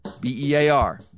B-E-A-R